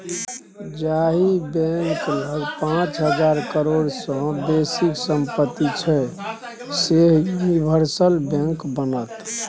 जाहि बैंक लग पाच हजार करोड़ सँ बेसीक सम्पति छै सैह यूनिवर्सल बैंक बनत